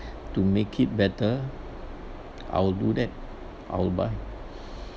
to make it better I'll do that I'll buy